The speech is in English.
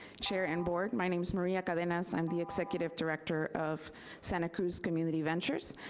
chair and board. my name is maria cadenas, i'm the executive director of santa cruz community ventures.